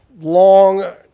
long